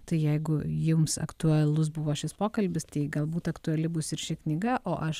tai jeigu jums aktualus buvo šis pokalbis tai galbūt aktuali bus ir ši knyga o aš